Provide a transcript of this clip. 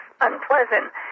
unpleasant